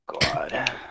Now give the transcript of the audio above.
god